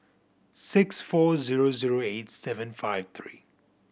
six four zero zero eight seven five three